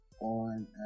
on